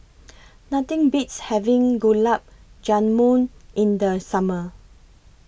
Nothing Beats having Gulab Jamun in The Summer